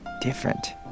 different